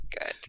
good